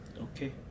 Okay